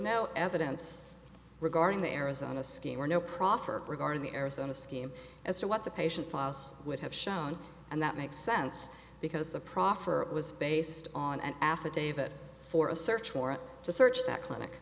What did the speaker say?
no evidence regarding the arizona scheme or no proffer regarding the arizona scheme as to what the patient files would have shown and that makes sense because the proffer was based on an affidavit for a search warrant to search that clinic